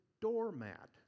doormat